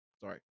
Sorry